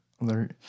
alert